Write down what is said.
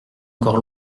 encore